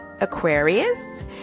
aquarius